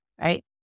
right